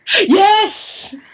Yes